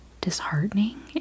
disheartening